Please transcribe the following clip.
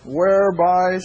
whereby